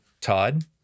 Todd